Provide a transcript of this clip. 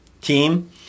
team